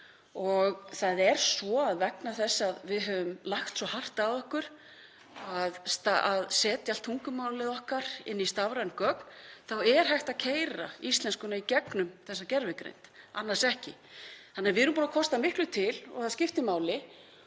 og það er svo að vegna þess að við höfum lagt svo hart að okkur við að setja allt tungumálið okkar inn í stafræn gögn þá er hægt að keyra íslenskuna í gegnum þessa gervigreind, annars ekki. Þannig að við erum búin að kosta miklu til og það skiptir máli